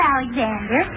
Alexander